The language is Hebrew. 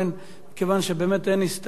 כיוון שבאמת אין ההסתייגויות